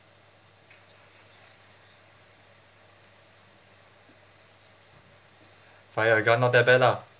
fire a gun not that bad lah